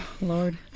Lord